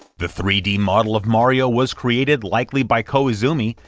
the three d model of mario was created, likely by koizumi,